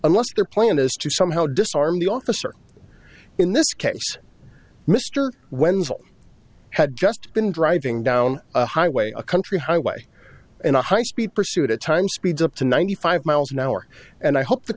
unless their plan is to somehow disarm the officer in this case mr wenzel had just been driving down a highway a country highway in a high speed pursuit a time speeds up to ninety five miles an hour and i hope the